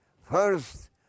First